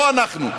לא אנחנו,